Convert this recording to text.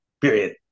period